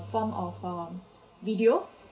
form of uh video